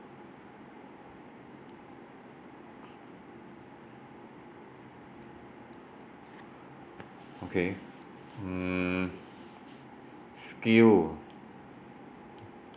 okay mm skill